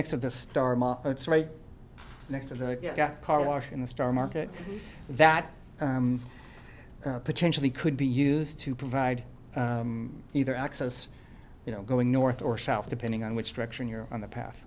next to the star it's right next to the carwash in the star market that potentially could be used to provide either access you know going north or south depending on which direction you're on the path